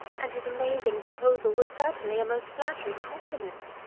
and his amazing proposal was certainly a most flattering compliment.